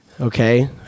Okay